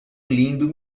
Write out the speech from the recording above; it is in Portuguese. lindo